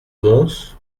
mons